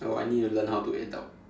oh I need learn how to adult